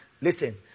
listen